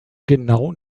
genau